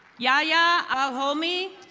ya ya ah aomi,